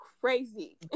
crazy